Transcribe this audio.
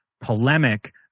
polemic